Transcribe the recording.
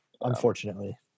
unfortunately